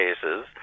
cases